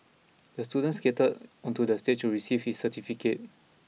the student skated onto the stage receive his certificate